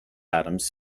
adams